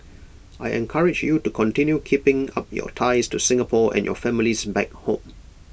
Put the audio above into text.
I encourage you to continue keeping up your ties to Singapore and your families back home